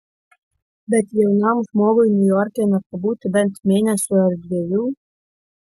bet jaunam žmogui niujorke nepabūti bent mėnesio ar dviejų